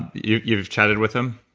you you have chatted with him?